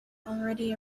already